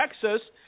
texas